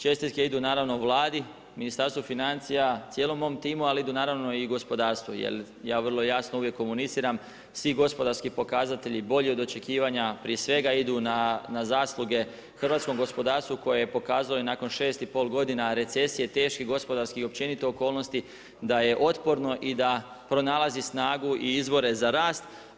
Čestitke idu naravno Vladi, Ministarstvu financija, cijelom mom timu ali idu naravno i gospodarstvu jer ja vrlo jasno uvijek komuniciram, svi gospodarski pokazatelji bolji od očekivanja, prije svega idu na zasluge hrvatskom gospodarstvu koje je pokazalo i nakon 6,5 godina recesije, teških gospodarskih i općenito okolnosti da je otporno i da pronalazi snagu i izvore za rast.